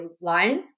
line